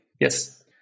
Yes